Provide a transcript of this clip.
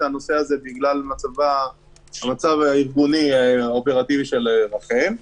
הנושא הזה בגלל המצב הארגוני האופרטיבי שלה.